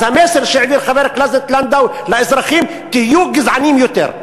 אז המסר שהעביר חבר הכנסת לנדאו לאזרחים: תהיו גזעניים יותר.